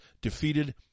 defeated